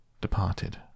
departed